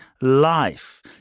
life